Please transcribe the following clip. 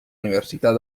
universitat